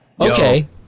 Okay